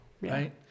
right